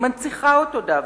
היא מנציחה אותו דווקא.